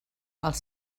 els